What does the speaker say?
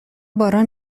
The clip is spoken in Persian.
باران